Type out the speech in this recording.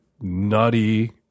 nutty